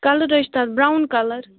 colour حظ چھُ تَتھ برٛاوُن کَلَر